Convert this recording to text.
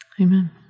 Amen